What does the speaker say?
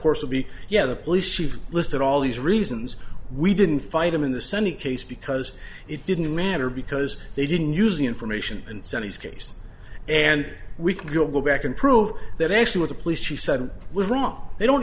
course would be yeah the police chief listed all these reasons we didn't fight him in the senate case because it didn't matter because they didn't use the information and sent his case and we can go back and prove that actually what the police she said was wrong they don't